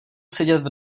sedět